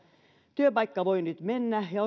työpaikka voi nyt mennä ja